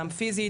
פיזית,